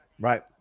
right